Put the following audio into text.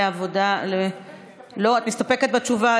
לא,.אני מסתפקת בתשובה.